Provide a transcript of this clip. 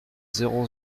zéro